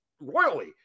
royally